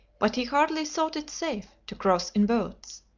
but he hardly thought it safe to cross in boats.